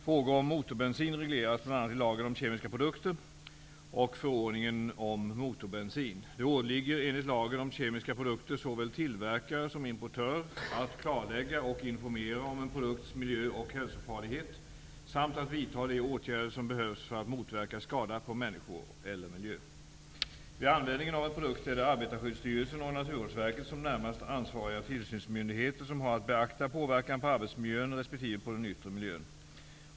Frågor om motorbensin regleras bl.a. i lagen om kemiska produkter och förordningen om motorbensin. Det åligger enligt lagen om kemiska produkter såväl tillverkare som importör att klarlägga och informera om en produkts miljöoch hälsofarlighet samt att vidta de åtgärder som behövs för att motverka skada på människor eller miljö. Arbetarskyddsstyrelsen och Naturvårdsverket som närmast ansvariga tillsynsmyndigheter som har att beakta påverkan på arbetsmiljön resp. den yttre miljön.